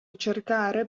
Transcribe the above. cercare